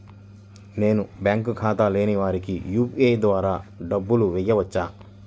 నేను బ్యాంక్ ఖాతా లేని వారికి యూ.పీ.ఐ ద్వారా డబ్బులు వేయచ్చా?